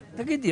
כן.